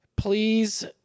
Please